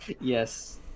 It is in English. Yes